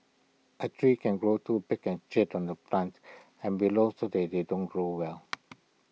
A tree can grow too big and shade out the plants and below so they they don't grow well